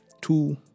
two